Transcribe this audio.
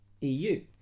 EU